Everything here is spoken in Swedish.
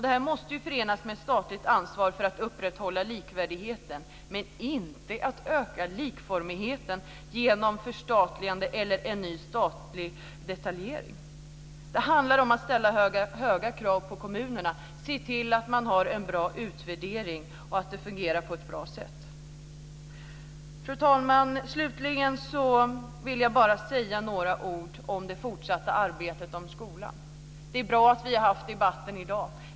Det måste förenas med statligt ansvar för att upprätthålla likvärdigheten, men inte för att öka likformigheten genom förstatligande eller en ny statlig detaljreglering. Det handlar om att ställa höga krav på kommunerna och se till att man har en bra utvärdering så att det fungerar på ett bra sätt. Fru talman! Slutligen vill jag bara säga några ord om det fortsatta arbetet inom skolan. Det är bra att vi har haft debatten i dag.